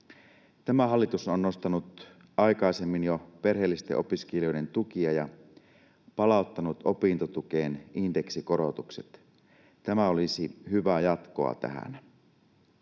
Tämä hallitus on nostanut jo aikaisemmin perheellisten opiskelijoiden tukia ja palauttanut opintotukeen indeksikorotukset. Tämä olisi hyvää jatkoa tähän.